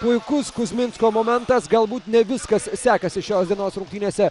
puikus kuzminsko momentas galbūt ne viskas sekasi šios dienos rungtynėse